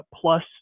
plus